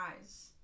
eyes